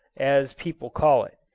as people call it.